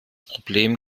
problem